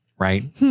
Right